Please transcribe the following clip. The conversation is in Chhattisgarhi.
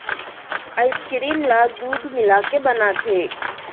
आइसकीरिम ल दूद मिलाके बनाथे